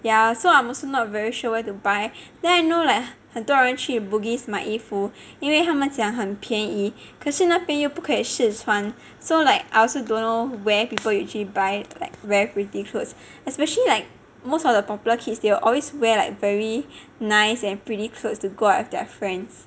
ya so I'm also not very sure where to buy then I know like 很多人去 bugis 买衣服因为他们讲很便宜可是那边又不可以试穿 so like I also don't know where people usually buy like very pretty clothes especially like most of the popular kids they will always wear like very nice and pretty clothes to go out with their friends